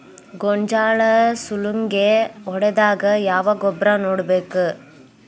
ಗೋಂಜಾಳ ಸುಲಂಗೇ ಹೊಡೆದಾಗ ಯಾವ ಗೊಬ್ಬರ ನೇಡಬೇಕು?